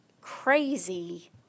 crazy